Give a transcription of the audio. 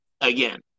again